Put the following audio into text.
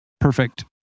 perfect